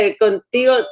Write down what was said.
contigo